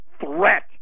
threat